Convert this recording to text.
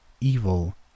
Evil